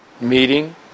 meeting